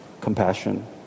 compassion